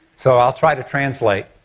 so i'll try to translate.